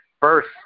first